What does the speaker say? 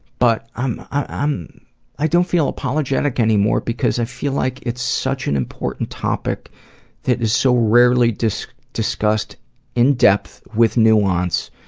but i'm i'm i don't feel apologetic anymore because i feel like it's such an important topic that is so rarely discussed discussed in-depth, with nuance,